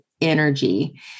energy